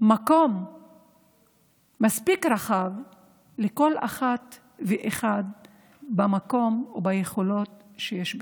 מקום מספיק רחב לכל אחת ואחד במקום וביכולות שיש בתוכו.